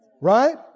Right